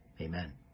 amen